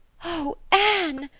oh, anne,